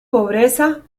pobreza